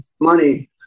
money